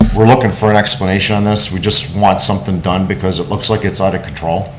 we're looking for an explanation on this. we just want something done because it looks like it's out of control.